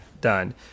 done